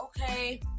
Okay